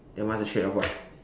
then one's a shade of what